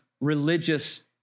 religious